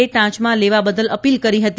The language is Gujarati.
એલે ટાંચમાં લેવા બદલ અપીલ કરી હતી